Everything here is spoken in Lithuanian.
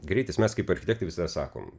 greitis mes kaip architektai visada sakom